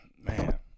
man